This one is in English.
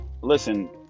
listen